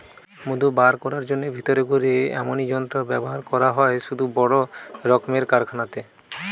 মধু বার কোরার জন্যে ভিতরে ঘুরে এমনি যন্ত্র ব্যাভার করা হয় শুধু বড় রক্মের কারখানাতে